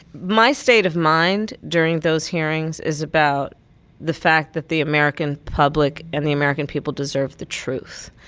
my state of mind during those hearings is about the fact that the american public and the american people deserve the truth,